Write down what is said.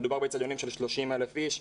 מדובר באצטדיונים של 30,000 איש.